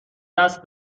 دست